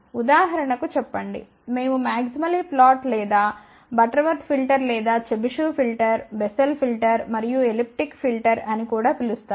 ఉదాహరణకు చెప్పండి మేము మాక్సిమలీ ఫ్లాట్ లేదా బటర్వర్త్ ఫిల్టర్ లేదా చెబిషెవ్ ఫిల్టర్ బెస్సెల్ ఫిల్టర్ మరియు ఎలిప్టిక్ ఫిల్టర్ అని కూడా పిలుస్తారు